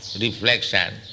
reflection